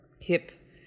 hip